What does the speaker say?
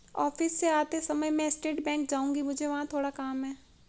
office से आते समय मैं स्टेट बैंक जाऊँगी, मुझे वहाँ थोड़ा काम है